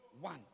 One